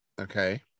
okay